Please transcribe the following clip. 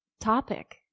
topic